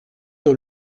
dans